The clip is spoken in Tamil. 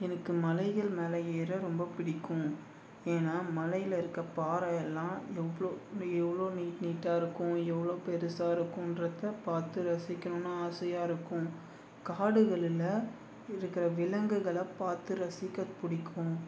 எனக்கு மலைகள் மேலே ஏற ரொம்ப பிடிக்கும் ஏன்னா மலையில் இருக்க பாறையெல்லாம் எவ்வளோ எவ்வளோ நீட் நீட்டாக இருக்கும் எவ்வளோ பெருசாக இருக்குன்றத பார்த்து ரசிக்கணும்னு ஆசையாக இருக்கும் காடுகளில் இருக்கிற விலங்குகளை பார்த்து ரசிக்க பிடிக்கும்